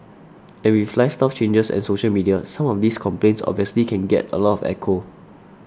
every flat style changes and social media some of these complaints obviously can get a lot of echo